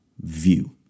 view